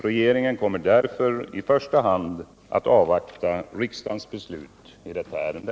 Regeringen kommer därför i första hand att avvakta riksdagens beslut i detta ärende.